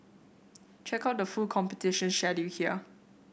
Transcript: check out the full competition schedule here